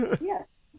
Yes